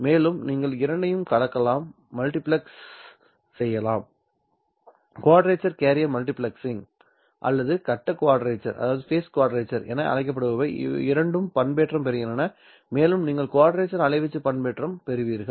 மேலும் நீங்கள் இரண்டையும் கலக்கலாம் மல்டிபிளக்ஸ் செய்யலாம் குவாட்ரேச்சர் கேரியர் மல்டிபிளெக்சிங் அல்லது கட்ட குவாட்ரேச்சர் என அழைக்கப்படுபவை இரண்டும் பண்பேற்றம் பெறுகின்றன மேலும் நீங்கள் குவாட்ரேச்சர் அலைவீச்சு பண்பேற்றம் பெறுவீர்கள்